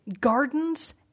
gardens